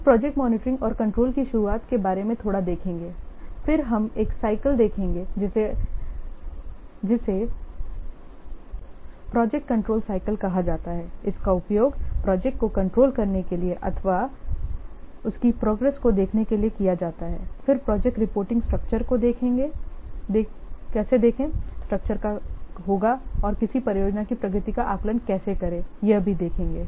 हम project monitoring और control की शुरूआत के बारे में थोड़ा देखेंगे फिर हम एक साइकल देखेंगे जिसे प्रोजेक्ट कंट्रोल साइकिल कहां जाता है इसका उपयोग प्रोजेक्ट को कंट्रोल करने के लिए अथवा उसकी प्रोग्रेस को देखने के लिए क्या जाता है फिर प्रोजेक्ट रिपोर्टिंग स्ट्रक्चर को कैसे देखें स्ट्रक्चर का होगा और किसी परियोजना की प्रगति का आकलन कैसे करें यह भी देखेंगे